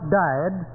died